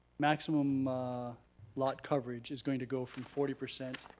maximum lot coverage is going to go from forty percent